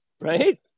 right